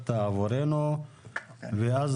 שאספת עבורנו ואז